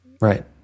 Right